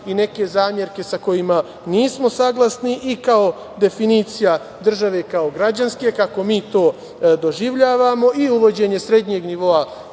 i neke zamerke sa kojima nismo saglasni, i kao definicija države, građanske, kako mi to doživljavamo, i uvođenje srednjeg nivoa